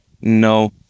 No